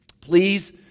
Please